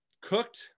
cooked